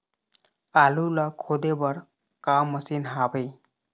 आलू ला खोदे बर का मशीन हावे?